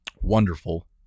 wonderful